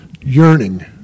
yearning